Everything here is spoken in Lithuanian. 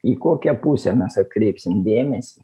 į kokią pusę mes atkreipsim dėmesį